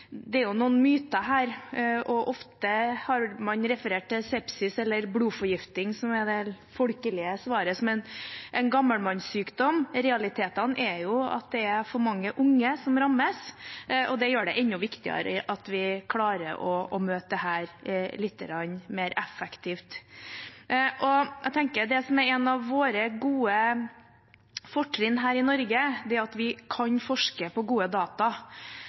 det er noen myter her. Man har ofte referert til sepsis – eller blodforgiftning, som er det folkelige uttrykket – som en gammelmannssykdom. Realiteten er at det er for mange unge som rammes, og det gjør det enda viktigere at vi klarer å møte dette litt mer effektivt. Jeg tenker at det som er et av våre fortrinn her i Norge, er at vi kan forske på gode data.